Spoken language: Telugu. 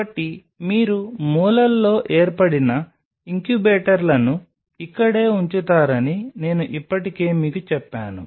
కాబట్టి మీరు మూలల్లో ఏర్పడిన ఇంక్యుబేటర్లను ఇక్కడే ఉంచుతారని నేను ఇప్పటికే మీకు చెప్పాను